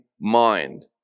mind